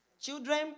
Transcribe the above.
children